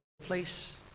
place